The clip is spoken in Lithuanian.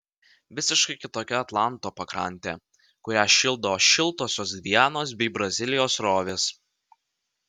visiškai kitokia atlanto pakrantė kurią šildo šiltosios gvianos bei brazilijos srovės